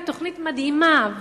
היא תוכנית מדהימה,